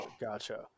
gotcha